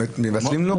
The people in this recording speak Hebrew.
מבטלים לו?